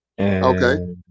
Okay